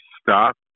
stop